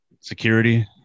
security